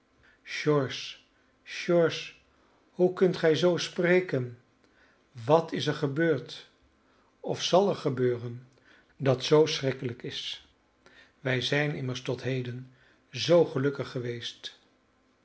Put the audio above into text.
george george hoe kunt gij zoo spreken wat is er gebeurd of zal er gebeuren dat zoo schrikkelijk is wij zijn immers tot heden zoo gelukkig geweest